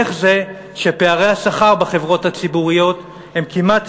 איך זה שפערי השכר בחברות הציבוריות הם כמעט